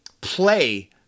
play